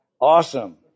Awesome